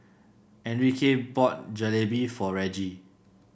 Enrique bought Jalebi for Reggie